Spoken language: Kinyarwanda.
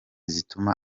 zituma